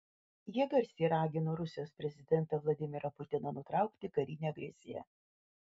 jie garsiai ragino rusijos prezidentą vladimirą putiną nutraukti karinę agresiją